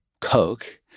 Coke